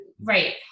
right